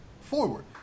forward